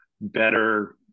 better